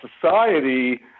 society